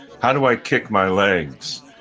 how do i kick my legs?